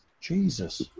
Jesus